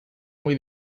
muy